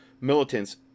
militants